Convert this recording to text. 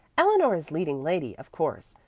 eleanor is leading lady, of course.